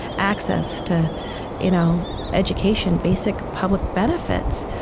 access to you know education basic public benefits.